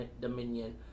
Dominion